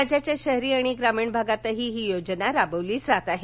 राज्याच्या शहरी आणि ग्रामीण भागातही ही योजना राबवली जात आहे